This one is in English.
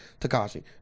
Takashi